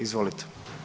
Izvolite.